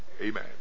amen